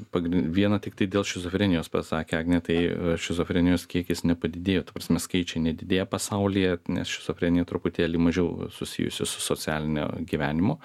pagri vieną tiktai dėl šizofrenijos pasakė agnė tai šizofrenijos kiekis nepadidėjo ta prasme skaičiai nedidėja pasaulyje nes šizofrenija truputėlį mažiau susijusi su socialiniu gyvenimu